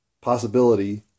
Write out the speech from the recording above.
possibility